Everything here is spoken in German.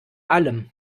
allem